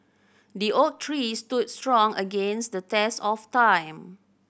the oak tree stood strong against the test of time